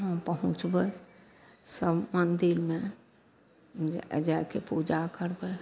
हम पहुँचबै सब मन्दिरमे जा जाके पूजा करबै